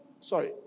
sorry